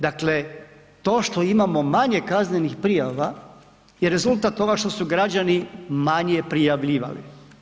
Dakle, to što imamo manje kaznenih prijava je rezultat toga što su građani manje prijavljivali.